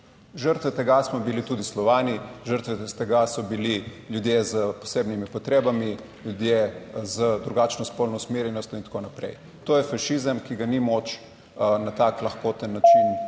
Žrtve tega smo bili tudi Slovani, žrtve tega so bili ljudje s posebnimi potrebami, ljudje z drugačno spolno usmerjenostjo in tako naprej, to je fašizem, ki ga ni moč na tak lahkoten način